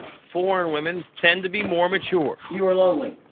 foreign women tend to be more mature. you were lonely.